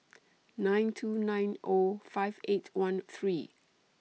nine two nine O five eight one three